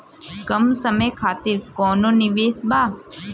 कम समय खातिर कौनो निवेश बा?